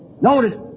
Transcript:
Notice